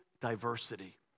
diversity